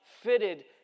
fitted